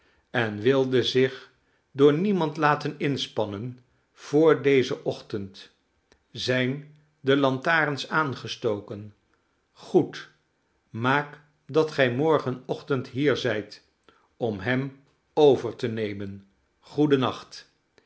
en wilde zich door niemand laten inspannen voor dezen ochtend zijn delantarens aangestoken goed maak dat gij morgenochtend hier zijt om hem over te nemen goeden nacht